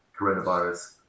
Coronavirus